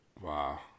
wow